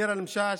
ביר אל-משאש,